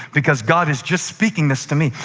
because god is just speaking this to me.